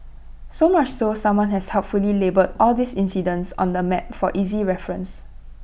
so much so someone has helpfully labelled all these incidents on A map for easy reference